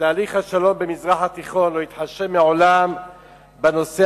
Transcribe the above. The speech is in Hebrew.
שתהליך השלום במזרח התיכון לא התחשב מעולם בנושא